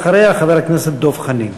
אחריה, חבר הכנסת דב חנין.